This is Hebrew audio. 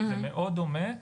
זה מאוד דומה,